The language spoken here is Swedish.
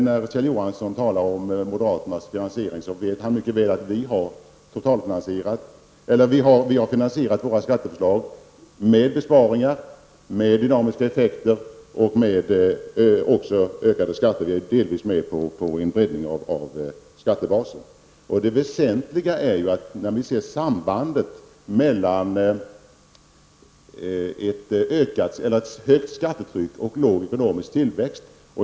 När Kjell Johansson sedan talar om moderaternas finansiering så vet han mycket väl att vi har finansierat våra skatteförslag med besparingar, med dynamiska effekter och med ökade skatter. Vi är delvis med på en breddning av skattebasen. Det väsentliga är att vi ser sambandet mellan ett högt skattetryck och låg ekonomisk tillväxt.